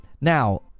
now